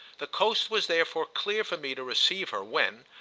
the coast was therefore clear for me to receive her when,